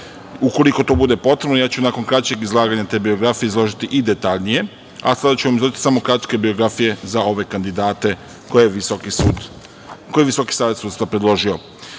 Ukoliko to bude potrebno, ja ću nakon kraćeg izlaganja te biografije izložiti i detaljnije, a sada ću vam izneti samo kratke biografije za ove kandidate koje je Visoki savet sudstva predložio. Na